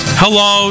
hello